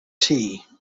tea